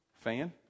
fan